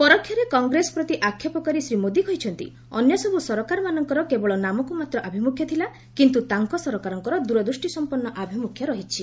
ପରୋକ୍ଷରେ କଂଗ୍ରେସ ପ୍ରତି ଆକ୍ଷେପ କରି ଶ୍ରୀ ମୋଦି କହିଛନ୍ତି ଅନ୍ୟସବୁ ସରକାରମାନଙ୍କର କେବଳ ନାମକୁମାତ୍ର ଆଭିମୁଖ୍ୟ ଥିଲା କିନ୍ତୁ ତାଙ୍କ ସରକାରଙ୍କର ଦୂରଦୃଷ୍ଟିସମ୍ପନ୍ନ ଆଭିମ୍ବଖ୍ୟ ରହିଛି